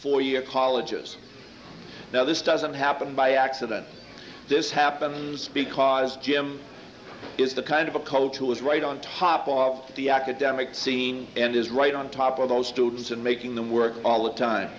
four year colleges now this doesn't happen by accident this happens because jim is the kind of a cult who is right on top of the academic scene and is right on top of those students and making them work all the time